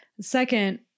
Second